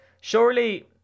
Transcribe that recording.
surely